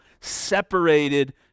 separated